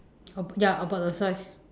ab~ ya about the size